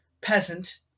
peasant